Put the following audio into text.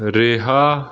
ਰਿਹਾ